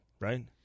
right